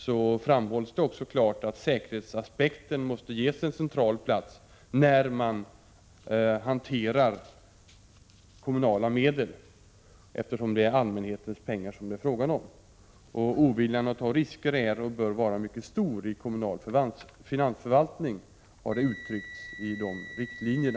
Det framhålls att säkerhetsaspekten måste ges en central plats när man hanterar kommunala medel. Det är ju allmänhetens pengar som det är fråga om. Oviljan att ta risker är och bör vara mycket stor i den kommunala finansförvaltningen, har det uttryckts i dessa riktlinjer.